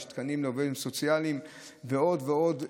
יש תקנים לעובדים סוציאליים ועוד ועוד.